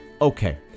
Okay